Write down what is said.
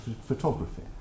photography